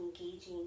engaging